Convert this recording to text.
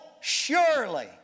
surely